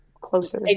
closer